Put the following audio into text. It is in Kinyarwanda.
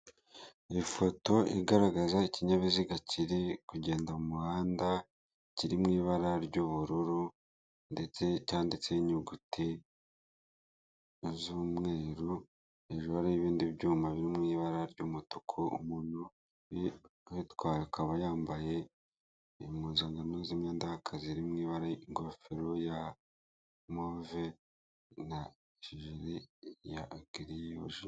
Ifoto igaragaza ikinyabiziga kiri kugenda mu muhanda kiri mu ibara ry'ubururu ndetse cyanditseho inyuguti z'umweru hejuru hari ibindi byuma byo mu ibara ry'umutuku. Umuntu uyitwara akaba yambaye impuzankano z'imyenda y'akazi iri ibara ry'ingofero ya move na kiri ya aki yuzuye.